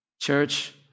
church